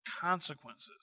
consequences